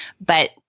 But-